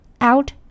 out